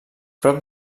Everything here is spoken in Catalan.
prop